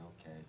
okay